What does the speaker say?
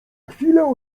chwilę